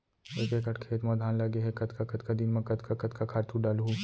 एक एकड़ खेत म धान लगे हे कतका कतका दिन म कतका कतका खातू डालहुँ?